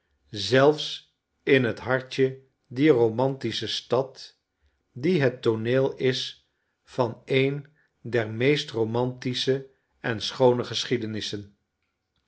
zelfs in het hartje dier romantische stad die het tooneel is van een der meest romantische en schoone geschiedenissen